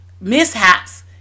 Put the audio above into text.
mishaps